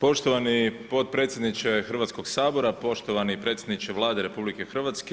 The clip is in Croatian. Poštovani potpredsjedniče Hrvatskog sabora, poštovani predsjedniče Vlade RH.